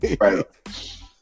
Right